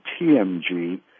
TMG